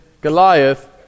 Goliath